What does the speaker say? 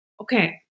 Okay